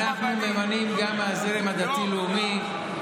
אנחנו ממנים גם מהזרם הדתי-לאומי.